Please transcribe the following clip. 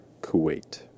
Kuwait